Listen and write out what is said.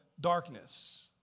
darkness